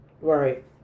Right